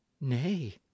Nay